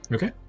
Okay